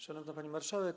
Szanowna Pani Marszałek!